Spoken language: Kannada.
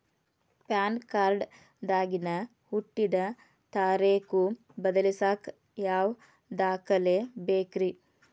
ಪ್ಯಾನ್ ಕಾರ್ಡ್ ದಾಗಿನ ಹುಟ್ಟಿದ ತಾರೇಖು ಬದಲಿಸಾಕ್ ಯಾವ ದಾಖಲೆ ಬೇಕ್ರಿ?